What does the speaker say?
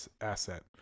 asset